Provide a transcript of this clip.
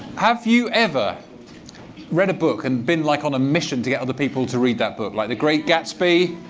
have you ever read a book and been like on a mission to get other people to read that book, like the great gatsby,